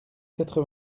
quatre